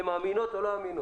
הן אמינות או לא אמינות?